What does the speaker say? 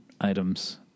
items